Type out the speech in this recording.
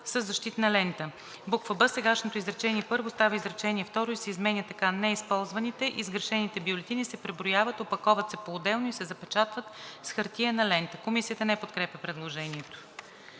със защитна лента.“ б). Сегашното изречение първо става изречение второ и се изменя така: „Неизползваните и сгрешените бюлетини се преброяват, опаковат се поотделно и се запечатват с хартиена лента.“ Комисията не подкрепя предложението.